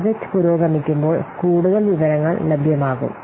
project പുരോഗമിക്കുമ്പോൾ കൂടുതൽ വിവരങ്ങൾ ലഭ്യമാകും